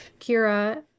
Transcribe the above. Kira